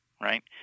right